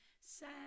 sad